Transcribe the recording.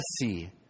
see